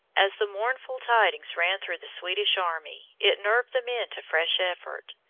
as the mournful tidings ran through the swedish army it nerved the men to fresh effort.